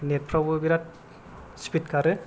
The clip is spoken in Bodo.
नेट फ्रावबो बेराथ स्फिद खारो